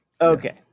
Okay